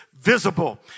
visible